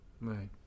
Right